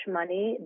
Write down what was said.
money